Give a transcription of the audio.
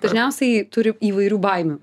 dažniausiai turi įvairių baimių